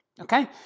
okay